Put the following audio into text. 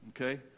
okay